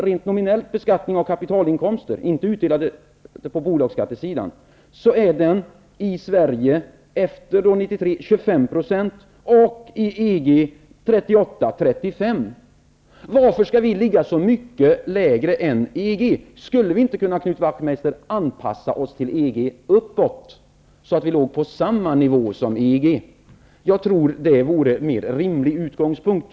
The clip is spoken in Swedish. Rent nominell beskattning av kapitalinkomster, inte utdelade på bolagsskattesidan, ligger i Sverige efter 1993 på 25 %, i EG 35--38 %. Varför skall vi ligga så mycket lägre än EG? Skulle vi inte kunna, Knut Wachtmeister, anpassa oss till EG uppåt också så att vi låg på samma nivå som EG? Jag tror att det vore en mer rimlig utgångspunkt.